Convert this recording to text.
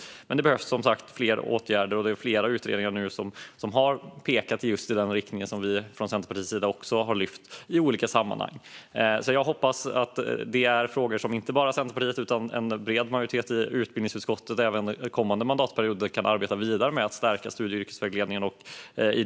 Men det behövs som sagt fler åtgärder, och det är flera utredningar som har pekat i den riktningen, vilket också vi från Centerpartiets sida har lyft i olika sammanhang. Jag hoppas att detta att stärka studie och yrkesvägledningen är något som inte bara Centerpartiet utan en bred majoritet i utbildningsutskottet även kommande mandatperiod kan arbeta vidare med.